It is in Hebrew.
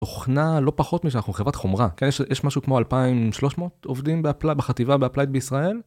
אוכנה לא פחות משאנחנו חברת חומרה יש משהו כמו 2300 עובדים בחטיבה באפליט בישראל.